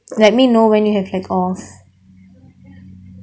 let me know when you have like off